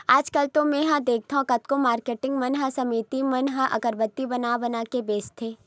आजकल तो मेंहा देखथँव कतको मारकेटिंग मन के समिति मन ह अगरबत्ती बना बना के बेंचथे